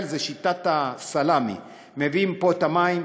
זה שיטת הסלאמי: מביאים פה את המים,